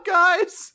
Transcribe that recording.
guys